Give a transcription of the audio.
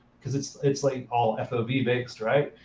because it's it's like all fov mixed, right?